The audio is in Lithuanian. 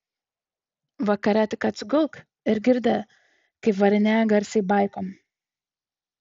vakare tik atsigulk ir girdi kaip varinėja garsiai baikom